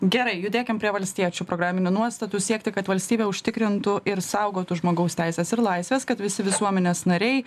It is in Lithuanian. gerai judėkim prie valstiečių programinių nuostatų siekti kad valstybė užtikrintų ir saugotų žmogaus teises ir laisves kad visi visuomenės nariai